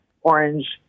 orange